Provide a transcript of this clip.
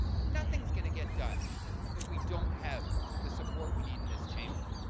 nothing's going to get done if we don't have the support we need in this chamber.